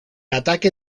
ataque